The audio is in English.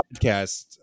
Podcast